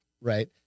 Right